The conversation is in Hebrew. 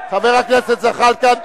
חבר הכנסת זחאלקה.